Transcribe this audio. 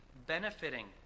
benefiting